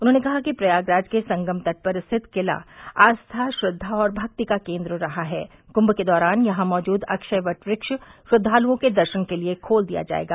उन्होंने कहा कि प्रयागराज के संगम तट पर स्थित किला आस्था श्रद्वा और भक्ति का केन्द्र रहा है कुंम के दौरान यहां मौजूद अक्षयवट कृष्ठ श्रद्वालुओं के दर्शन के लिये खोल दिया जायेगा